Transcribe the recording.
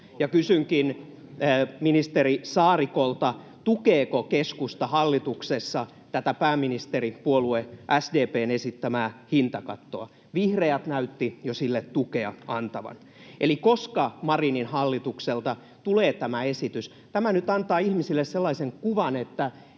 ja kysynkin ministeri Saarikolta: tukeeko keskusta hallituksessa tätä pääministeripuolue SDP:n esittämää hintakattoa? Vihreät näyttivät jo sille tukea antavan. Eli koska Marinin hallitukselta tulee tämä esitys? Tämä nyt antaa ihmisille sellaisen kuvan, että